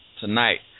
tonight